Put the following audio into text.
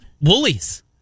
Woolies